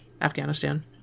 Afghanistan